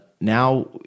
now